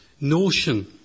notion